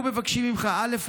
אנחנו מבקשים ממך, א.